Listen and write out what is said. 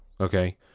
okay